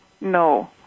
No